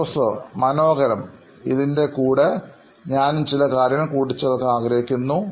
professor മനോഹരം ഇതിൻറെ കൂടെ ഞാനും ചില കാര്യങ്ങൾ കൂട്ടിച്ചേർക്കാൻ ആഗ്രഹിക്കുന്നു